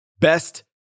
Best